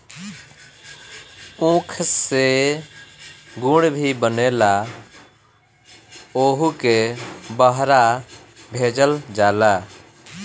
ऊख से गुड़ भी बनेला ओहुके बहरा भेजल जाला